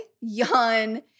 yawn